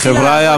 חבריא,